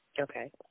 Okay